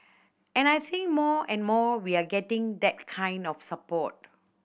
and I think more and more we are getting that kind of support